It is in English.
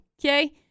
Okay